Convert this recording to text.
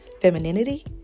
femininity